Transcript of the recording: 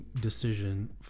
decision